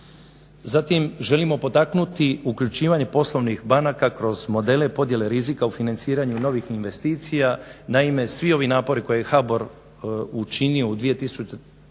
Zatim želimo potaknuti uključivanje poslovnih banaka kroz modele podjele rizika u financiranju novih investicija. Naime, svi ovi napori koje je HBOR učinio u 2012.